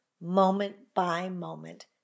moment-by-moment